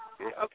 Okay